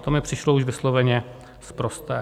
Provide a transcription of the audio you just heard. To mi přišlo už vysloveně sprosté.